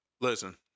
Listen